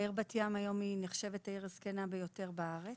העיר בת ים נחשבת היום לעיר הזקנה ביותר בארץ.